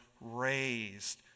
raised